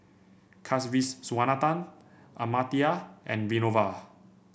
Kasiviswanathan Amartya and Vinoba